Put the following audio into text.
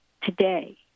today